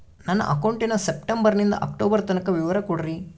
ನನ್ನ ಅಕೌಂಟಿನ ಸೆಪ್ಟೆಂಬರನಿಂದ ಅಕ್ಟೋಬರ್ ತನಕ ವಿವರ ಕೊಡ್ರಿ?